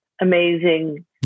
amazing